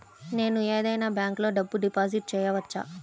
నేను ఏదైనా బ్యాంక్లో డబ్బు డిపాజిట్ చేయవచ్చా?